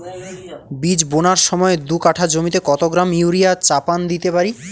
বীজ বোনার সময় দু কাঠা জমিতে কত গ্রাম ইউরিয়া চাপান দিতে পারি?